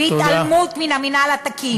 והתעלמות מן המינהל התקין.